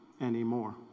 anymore